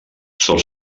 sol